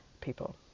People